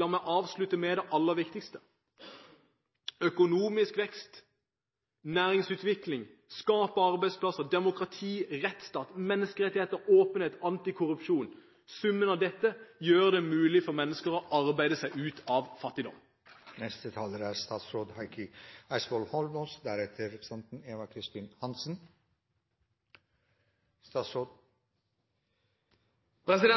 La meg avslutte med det aller viktigste: Økonomisk vekst, næringsutvikling, det å skape arbeidsplasser, demokrati, rettsstat, menneskerettigheter, åpenhet og antikorrupsjon – summen av dette gjør det mulig for mennesker å arbeide seg ut av fattigdom. Jeg la merke til